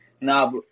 Now